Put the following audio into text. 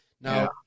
Now